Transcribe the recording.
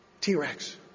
T-Rex